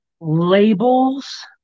Labels